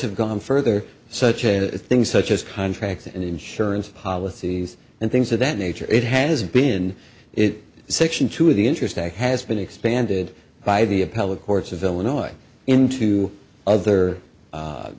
have gone further such as things such as contracts and insurance policies and things of that nature it has been it section two of the interest act has been expanded by the appellate courts of illinois into other